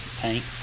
paint